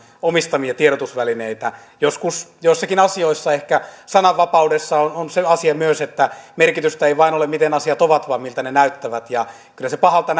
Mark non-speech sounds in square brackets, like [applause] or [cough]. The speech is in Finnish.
omistamia tiedotusvälineitä joskus joissakin asioissa on ehkä sananvapaudessa on on se asia myös niin että merkitystä ei ole vain sillä miten asiat ovat vaan myös sillä miltä ne näyttävät ja kyllä se pahalta [unintelligible]